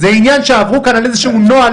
זה עניין שעברו כאן על איזשהו נוהל,